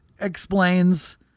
explains